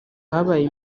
habaye